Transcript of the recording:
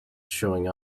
showing